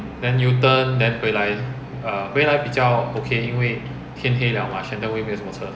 then U turn then 回来回来比较 okay 因为天黑 liao mah shenton way 没有那么多车